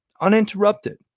uninterrupted